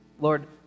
Lord